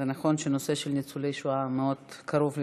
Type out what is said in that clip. זה נכון שהנושא של ניצולי שואה מאוד קרוב ללבי,